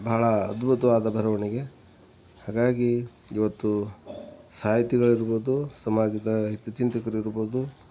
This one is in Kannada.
ಬಹಳ ಅದ್ಭುತವಾದ ಬರವಣಿಗೆ ಹಾಗಾಗಿ ಇವತ್ತು ಸಾಹಿತಿಗಳಿರ್ಬೋದು ಸಮಾಜದ ಹಿತಚಿಂತಕರಿರ್ಬೋದು